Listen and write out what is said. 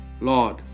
Lord